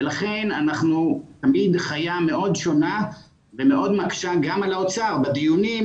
לכן אנחנו מן חיה מאוד שונה והיא מאוד מקשה גם על האוצר בדיונים,